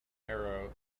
arrow